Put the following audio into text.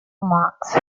marks